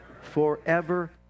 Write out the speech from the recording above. Forever